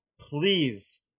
Please